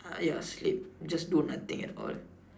ah ya sleep just do nothing at all